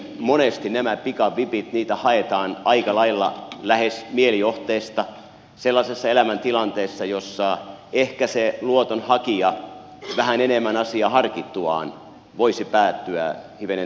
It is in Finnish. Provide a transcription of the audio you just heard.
monesti näitä pikavippejä haetaan aika lailla lähes mielijohteesta sellaisessa elämäntilanteessa jossa ehkä se luotonhakija vähän enemmän asiaa harkittuaan voisi päätyä hivenen toisenlaiseen johtopäätökseen